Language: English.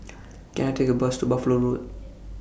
Can I Take A Bus to Buffalo Road